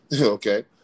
okay